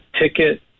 ticket